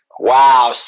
Wow